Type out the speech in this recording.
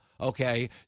Okay